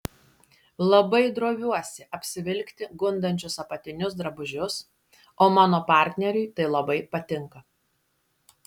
labai droviuosi apsivilkti gundančius apatinius drabužius o mano partneriui tai labai patinka